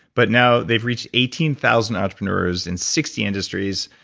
but now, they've reached eighteen thousand entrepreneurs in sixty industries.